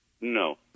No